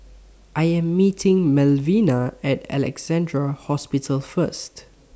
I Am meeting Malvina At Alexandra Hospital First